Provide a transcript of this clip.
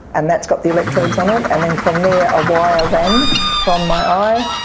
and that's got the electrodes on it. and then from there a wire ran from my eye,